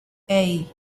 hey